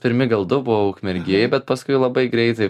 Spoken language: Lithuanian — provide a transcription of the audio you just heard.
pirmi gal du buvo ukmergėj bet paskui labai greitai